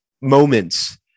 moments